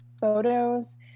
photos